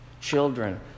children